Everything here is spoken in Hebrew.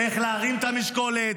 איך להרים את המשקולת,